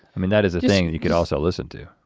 i mean that is a thing you could also listen to.